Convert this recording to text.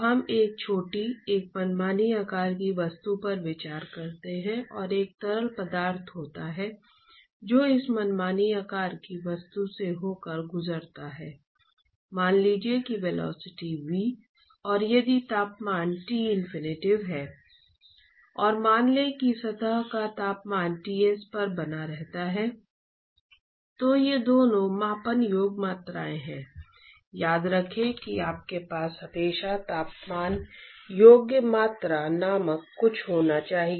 हमने कहा कि यदि कोई वस्तु जो बाहर बह रही है किसी वस्तु के पीछे चल रही है और यदि हीट ट्रांसफर दर से परिभाषित होता है तो न्यूटन के शीतलन के नियम द्वारा परिभाषित किया जाता है तो रेजिस्टेंस क्या होना चाहिए